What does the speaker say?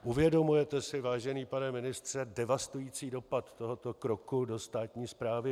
Uvědomujete si, vážený pane ministře, devastující dopad tohoto kroku do státní správy?